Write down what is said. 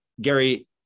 Gary